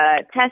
test